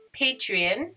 patreon